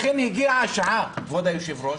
לכן הגיעה השעה, כבוד היושב-ראש,